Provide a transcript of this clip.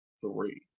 three